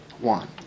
one